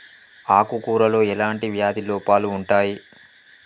ఆకు కూరలో ఎలాంటి వ్యాధి లోపాలు ఉంటాయి?